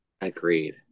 Agreed